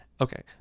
okay